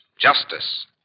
Justice